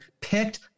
picked